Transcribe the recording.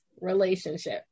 relationship